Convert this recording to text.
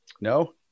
No